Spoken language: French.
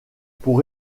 pour